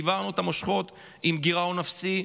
והעברנו את המושכות עם גירעון אפסי.